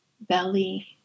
belly